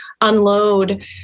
unload